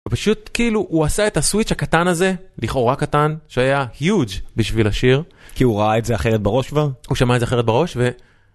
פשוט כאילו הוא עשה את הסוויץ הקטן הזה, לכאורה קטן, שהיה קיוצ' בשביל השיר כי הוא ראה את זה אחרת בראש והוא שמע את זה אחרת בראש ו...